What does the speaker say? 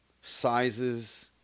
sizes